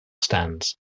stands